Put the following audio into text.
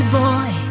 boy